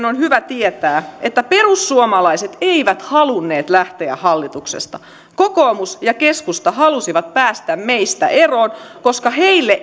on hyvä tietää että perussuomalaiset eivät halunneet lähteä hallituksesta kokoomus ja keskusta halusivat päästä meistä eroon koska heille